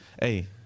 Hey